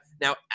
Now